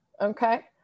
Okay